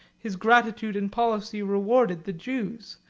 his gratitude and policy rewarded the jews,